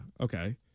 Okay